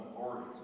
authorities